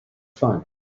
fun